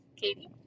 Katie